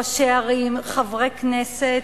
ראשי ערים וחברי כנסת,